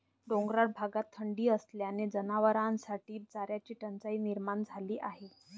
डोंगराळ भागात थंडी असल्याने जनावरांसाठी चाऱ्याची टंचाई निर्माण झाली आहे